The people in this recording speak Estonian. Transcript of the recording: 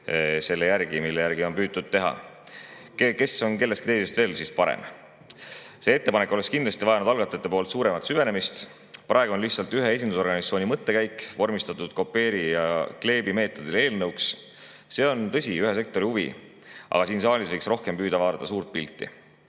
selle järgi, mille järgi siin on püütud teha. Kes on kellestki teisest parem? See ettepanek oleks kindlasti vajanud algatajatelt suuremat süvenemist. Praegu on lihtsalt ühe esindusorganisatsiooni mõttekäik vormistatud kopeeri-ja-kleebi-meetodil eelnõuks. See on, tõsi, ühe sektori huvi, aga siin saalis võiks rohkem püüda vaadata suurt pilti.